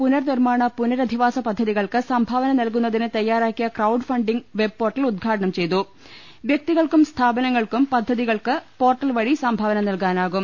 പുനർനിർമ്മാണ പുനരധിവാസ പദ്ധതികൾക്ക് സംഭാവന നൽകുന്നതിന് തയാറാക്കിയ ക്രൌഡ് ഫണ്ടിങ്ങ് വെബ് പോർട്ടൽ ഉദ്ഘാടനം സ്ഥാപനങ്ങൾക്കും പദ്ധതികൾക്ക് പോർട്ടൽ വഴി സംഭാവന നൽകാനാകും